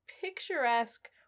picturesque